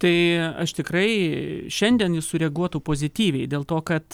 tai aš tikrai šiandien jis sureaguotų pozityviai dėl to kad